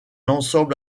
ensemble